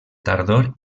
tardor